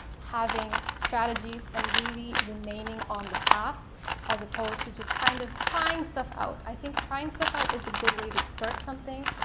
having strategies, and really remaining on the path as opposed to just kind of trying stuff out. i think trying stuff out is a good way to start something,